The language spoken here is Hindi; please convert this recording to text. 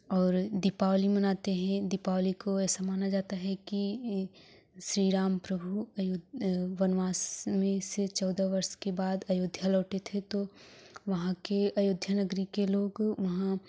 और दीपावली मनाते हें दीपावली को ऐसा माना जाता है कि ई श्री राम प्रभु अयो वनवास में से चौदह वर्ष के बाद अयोध्या लौटे थे तो वहाँ के अयोध्या नगरी के लोग उहां